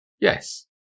Yes